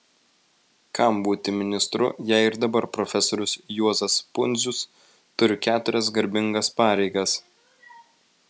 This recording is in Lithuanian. kam būti ministru jei ir dabar profesorius juozas pundzius turi keturias garbingas pareigas